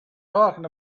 talking